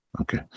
Okay